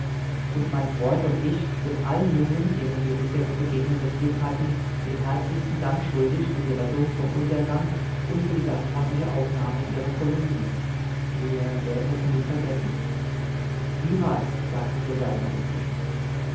und mein freund und ich sind allen numen denen wir bisher zu begegnen das glück hatten den herzlichsten dank schuldig für die rettung vom untergang und für die gastfreundliche aufnahme in ihrer kolonie wir werden das nie vergessen niemals sagte hier saltner dazwischen